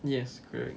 yes correct